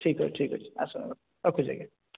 ଠିକ୍ ଅଛି ଠିକ୍ ଅଛି ଆସନ୍ତୁ ରଖୁଛି ଆଜ୍ଞା